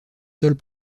sols